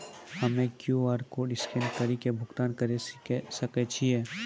हम्मय QR code scan कड़ी के भुगतान करें सकय छियै?